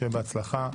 שיהיה בהצלחה.